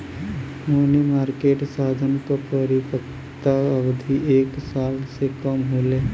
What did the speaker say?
मनी market साधन क परिपक्वता अवधि एक साल से कम होले